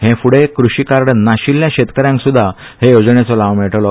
हे फ्डें कृशी कार्ड नाशिल्ल्या शेतकारांक सुद्धा हे येवजणेचो लाव मेळटलो